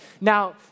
Now